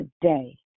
today